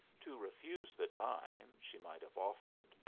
to refuse the dime she might have offered,